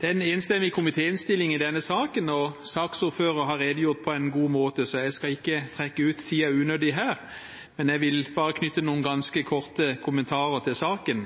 en enstemmig komitéinnstilling i denne saken og saksordføreren har redegjort på en god måte, så jeg skal ikke trekke ut tiden unødig her. Jeg vil bare knytte noen ganske korte kommentarer til saken.